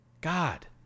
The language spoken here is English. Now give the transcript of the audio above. God